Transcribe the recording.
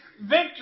victory